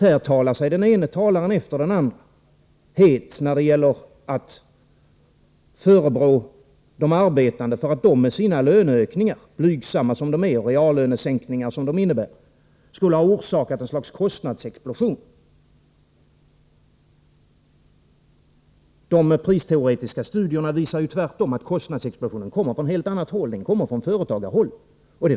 Här talar ju den ene efter den andre sig varm i förebråelser mot de arbetande för att de med sina blygsamma löneökningar, som innebär reallönesänkningar, skulle ha orsakat något slags kostnadsexplosion. De pristeoretiska studierna visar tvärtom att kostnadsexplosionen kommer från ett helt annat håll, nämligen från företagarhåll.